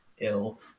ill